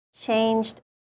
changed